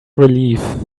relief